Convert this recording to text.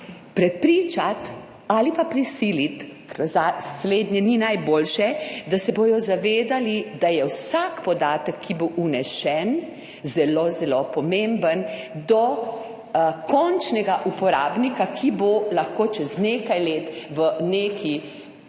prepričati ali pa prisiliti, ker za slednje ni najboljše, da se bodo zavedali, da je vsak podatek, ki bo vnesen, zelo, zelo pomemben do končnega uporabnika, ki bo lahko čez nekaj let v neki